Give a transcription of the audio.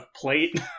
plate